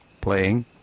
playing